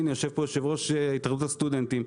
יושב פה יושב-ראש התאחדות הסטודנטים,